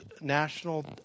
national